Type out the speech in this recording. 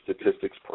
statistics